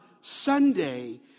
Sunday